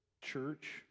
church